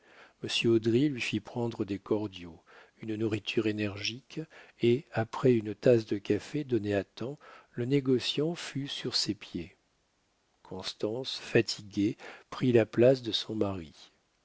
lui fit prendre des cordiaux une nourriture énergique et après une tasse de café donnée à temps le négociant fut sur ses pieds constance fatiguée prit la place de son mari